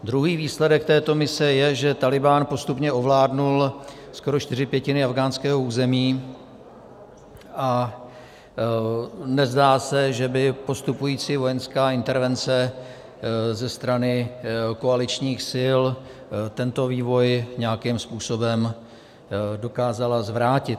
Druhý výsledek této mise je, že Tálibán postupně ovládl skoro čtyři pětiny afghánského území a nezdá se, že by postupující vojenská intervence ze strany koaličních sil tento vývoj nějakým způsobem dokázala zvrátit.